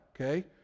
okay